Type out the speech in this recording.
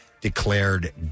declared